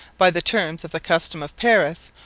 by the terms of the custom of paris,